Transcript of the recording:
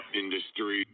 industry